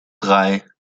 drei